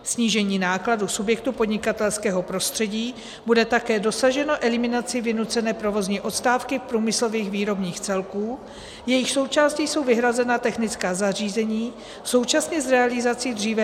Snížení nákladů subjektu podnikatelského prostředí bude také dosaženo eliminací vynucené provozní odstávky průmyslových výrobních celků, jejichž součástí jsou vyhrazená technická zařízení, současně s realizací dříve nerealizované výroby.